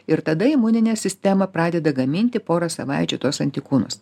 ir tada imuninė sistema pradeda gaminti porą savaičių tuos antikūnus